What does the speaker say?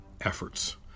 efforts